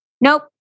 nope